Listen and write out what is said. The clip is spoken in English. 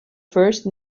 first